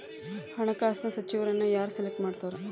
ಹಣಕಾಸಿನ ಸಚಿವರನ್ನ ಯಾರ್ ಸೆಲೆಕ್ಟ್ ಮಾಡ್ತಾರಾ